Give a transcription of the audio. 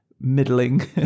middling